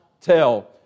tell